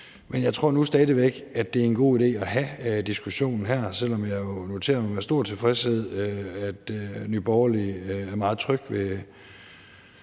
men jeg tror nu stadig væk, at det er en god idé at have diskussionen her, selv om jeg jo noterer mig med stor tilfredshed, at Nye Borgerlige er meget tryg ved